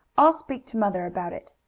i'll speak to mother about it.